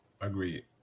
Agreed